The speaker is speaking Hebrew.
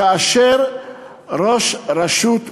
כאשר ראש רשות מושעה,